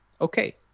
okay